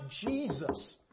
Jesus